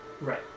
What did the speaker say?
Right